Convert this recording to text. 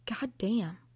goddamn